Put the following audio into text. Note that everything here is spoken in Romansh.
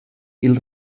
i’l